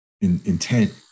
intent